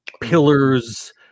pillars